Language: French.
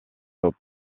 aux